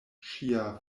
ŝia